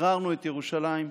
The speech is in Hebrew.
ושחררנו את ירושלים.